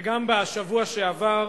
וגם בשבוע שעבר,